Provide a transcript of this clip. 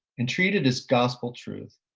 and treated as gospel truth,